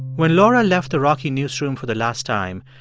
when laura left the rocky newsroom for the last time,